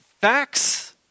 Facts